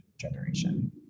generation